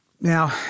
Now